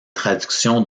traductions